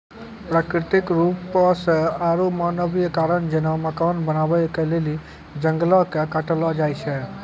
प्राकृतिक रुपो से आरु मानवीय कारण जेना मकान बनाबै के लेली जंगलो के काटलो जाय छै